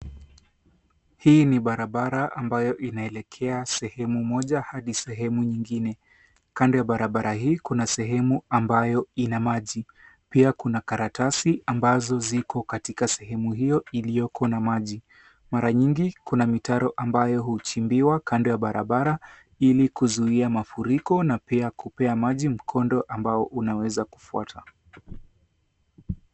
Hii ni barabara ambayo inaelekea sehemu moja hadi sehemu nyingine. Kando ya barabara hii, kuna sehemu ambayo ina maji. Pia kuna karatasi ambazo ziko katika sehemu hiyo iliyoko na maji. Mara nyingi kuna mitaro ambayo huchimbiwa kando ya barabara ili kuzuia mafuriko na pia kupea maji mkondo ambao unaweza kufuata.